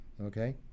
Okay